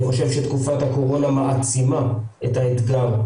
אני חושב שתקופת הקורונה מעצימה את האתגר,